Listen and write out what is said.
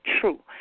true